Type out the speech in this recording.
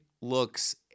looks